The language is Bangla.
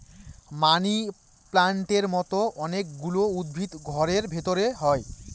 মানি প্লান্টের মতো অনেক গুলো উদ্ভিদ ঘরের ভেতরে হয়